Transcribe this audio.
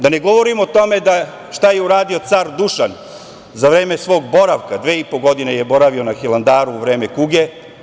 Da ne govorim o tome šta je uradio car Dušan za vreme svog boravka, dve i po godine je boravio na Hilandaru u vreme kuge.